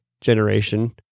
generation